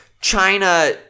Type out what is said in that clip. China